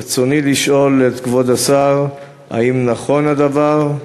ברצוני לשאול את כבוד השר: 1. האם נכון הדבר?